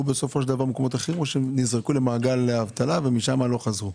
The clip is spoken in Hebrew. בסופו של דבר במקומות אחרים או שהם נזרקו למעגל האבטלה ומשם לא חזרו?